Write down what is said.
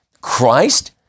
Christ